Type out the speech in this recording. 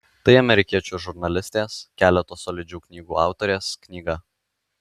tai amerikiečių žurnalistės keleto solidžių knygų autorės knyga